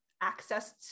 access